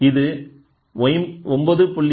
இது 9